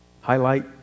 Highlight